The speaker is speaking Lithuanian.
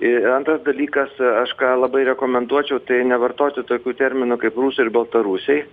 ir antras dalykas aš ką labai rekomenduočiau tai nevartoti tokių terminų kaip rusai ir baltarusiai